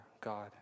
God